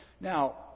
Now